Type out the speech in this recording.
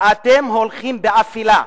אתם הולכים באפלה,